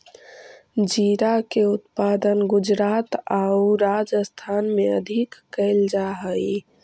जीरा के उत्पादन गुजरात आउ राजस्थान राज्य में अधिक कैल जा हइ